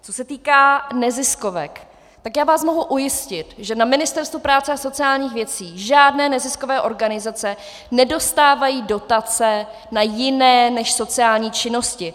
Co se týká neziskovek, tak vás mohu ujistit, že na Ministerstvu práce a sociálních věcí žádné neziskové organizace nedostávají dotace na jiné než sociální činnosti.